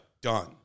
done